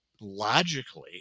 logically